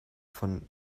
von